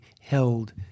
held